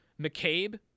McCabe